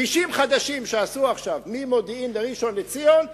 כבישים חדשים שעשו עכשיו ממודיעין לראשון-לציון,